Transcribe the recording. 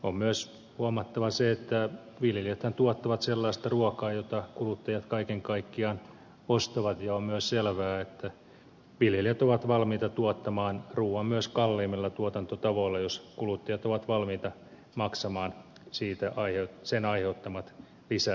on myös huomattava se että viljelijäthän tuottavat sellaista ruokaa jota kuluttajat kaiken kaikkiaan ostavat ja on myös selvää että viljelijät ovat valmiita tuottamaan ruuan myös kalleimmilla tuotantotavoilla jos kuluttajat ovat valmiita maksamaan sen aiheuttamat lisäkustannukset